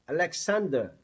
Alexander